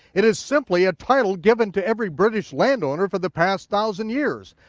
it is simply a title given to every british landowner for the past thousand years,